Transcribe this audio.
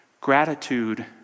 Gratitude